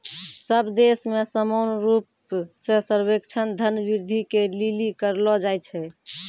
सब देश मे समान रूप से सर्वेक्षण धन वृद्धि के लिली करलो जाय छै